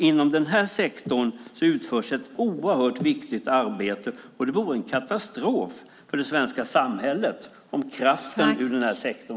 Inom denna sektor utförs nämligen ett oerhört viktigt arbete, och det vore en katastrof för det svenska samhället om kraften går ur denna sektor.